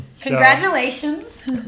Congratulations